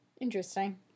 Interesting